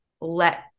let